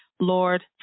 Lord